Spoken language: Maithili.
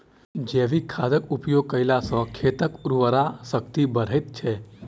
जैविक खादक उपयोग कयला सॅ खेतक उर्वरा शक्ति बढ़ैत छै